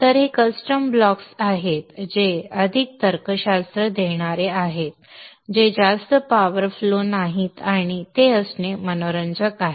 तर हे custom blocks आहेत जे अधिक तर्कशास्त्र देणारे आहेत जे जास्त पॉवर फ्लो नाहीत आणि ते असणे मनोरंजक आहे